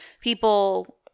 people